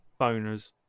boners